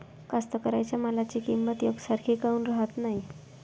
कास्तकाराइच्या मालाची किंमत यकसारखी काऊन राहत नाई?